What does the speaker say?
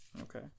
Okay